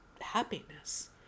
happiness